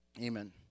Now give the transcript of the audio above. Amen